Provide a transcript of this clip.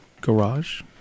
garage